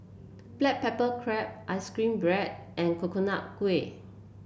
Black Pepper Crab ice cream bread and Coconut Kuih